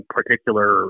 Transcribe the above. particular